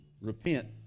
repent